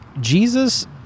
Jesus